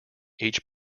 each